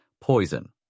poison